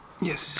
Yes